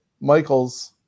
Michaels